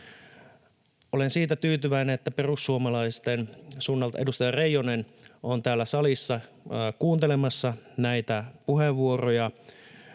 Olen siitä tyytyväinen, että perussuomalaisten suunnalta edustaja Reijonen on täällä salissa kuuntelemassa näitä puheenvuoroja,